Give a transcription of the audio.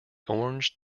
orange